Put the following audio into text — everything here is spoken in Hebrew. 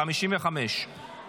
בעד, 19, אפס